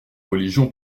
religion